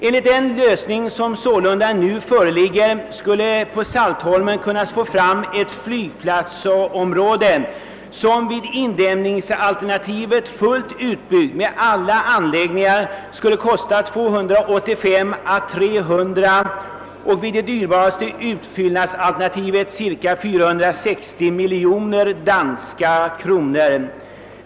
Enligt den lösning av problemet som sålunda nu föreligger skulle man på Saltholm kunna skapa ett flygplatsområde som vid indämningsalternativet, fullt utbyggd med alla erforderliga anläggningar, skulle kosta 285 å 300 miljoner danska kronor och vid det dyrbaraste utfyllnadsalternativet cirka 460 miljoner danska kronor.